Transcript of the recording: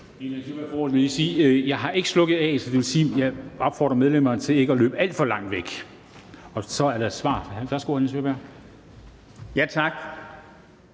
afstemningstavlen. Så det vil sige, at jeg opfordrer medlemmerne til ikke at løbe alt for langt væk. Så er der et svar fra hr.